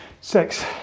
Six